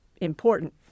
important